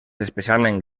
especialment